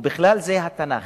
ובכלל זה התנ"ך.